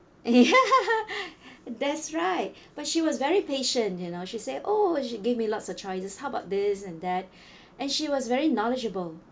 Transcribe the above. ya that's right but she was very patient you know she say oh she gave me lots of choices how about this and that and she was very knowledgeable